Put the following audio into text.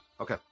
Okay